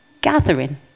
gathering